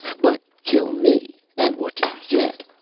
but kill me and what do you get?